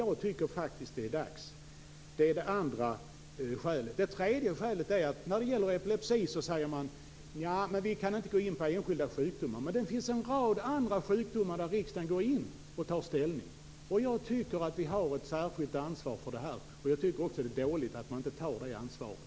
Jag tycker faktiskt att det är dags. Det tredje skälet är att när det gäller epilepsi säger man att man inte kan gå in på enskilda sjukdomar. Men det finns en rad andra sjukdomar där riksdagen går in och tar ställning. Jag tycker att vi har ett särskilt ansvar för detta. Jag tycker också att det är dåligt att man inte tar det ansvaret.